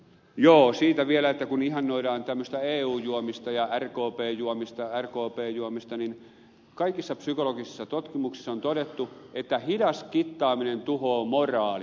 joo siitä vielä että kun ihannoidaan tämmöistä eu juomista ja rkp juomista niin kaikissa psykologisissa tutkimuksissa on todettu että hidas kittaaminen tuhoaa moraalin